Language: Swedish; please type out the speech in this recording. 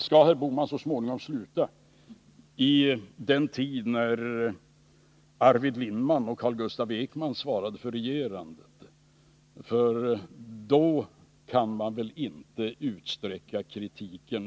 Skall herr Bohman så småningom sluta i den tid då Arvid Lindman och Carl Gustaf Ekman svarade för regerandet? Dithän kan väl herr Bohman inte utsträcka kritiken.